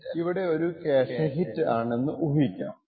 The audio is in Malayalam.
ഇപ്പോൾ നമുക്ക് അവിടെ ഒരു ക്യാഷെ ഹിറ്റ് ആണെന്ന് ഊഹിക്കാം